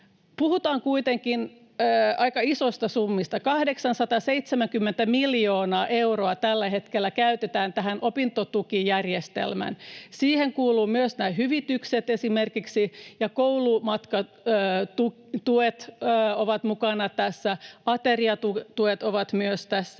Puhutaan kuitenkin aika isoista summista: 870 miljoonaa euroa tällä hetkellä käytetään tähän opintotukijärjestelmään. Siihen kuuluvat esimerkiksi myös nämä hyvitykset, ja koulumatkatuet ovat mukana tässä, ateriatuet ovat myös tässä,